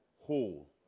whole